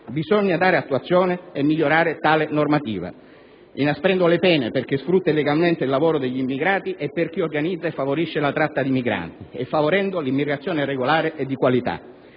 Bisogna dare attuazione e migliorare tale normativa, inasprendo le pene per chi sfrutta illegalmente il lavoro degli immigrati e per chi organizza e favorisce la tratta di migranti, favorendo invece l'immigrazione regolare e di qualità.